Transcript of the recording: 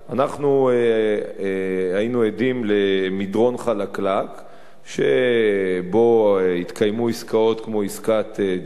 היינו עדים למדרון חלקלק שבו התקיימו עסקאות כמו עסקת ג'יבריל,